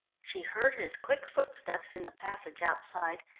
she heard his quick footsteps in the passage outside,